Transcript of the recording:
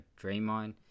Draymond